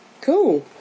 Cool